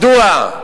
מדוע?